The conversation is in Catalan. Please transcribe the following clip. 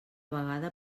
vegada